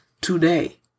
today